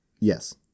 Yes